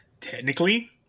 Technically